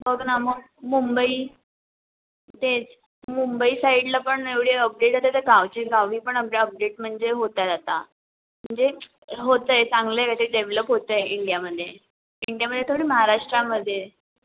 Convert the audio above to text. बघ ना मग मुंबई तेच मुंबई साईडला पण एवढी अपडेट आता तर गावची गावी पण आपल्या अपडेट म्हणजे होत आहेत आता म्हणजे होत आहे चांगल आहे काही तरी डेवलप होत आहे इंडियामध्ये इंडियामध्ये थोडी महाराष्ट्रामध्ये